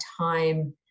time